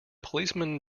policeman